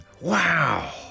Wow